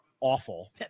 awful